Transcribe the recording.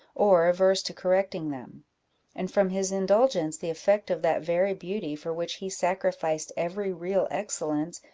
or averse to correcting them and from his indulgence, the effect of that very beauty for which he sacrificed every real excellence,